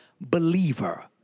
believer